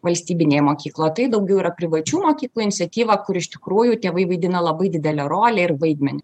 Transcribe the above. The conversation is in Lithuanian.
valstybinė mokykla tai daugiau yra privačių mokyklų iniciatyva kur iš tikrųjų tėvai vaidina labai didelę rolę ir vaidmenį